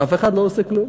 ואף אחד לא עושה כלום.